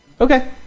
okay